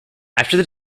after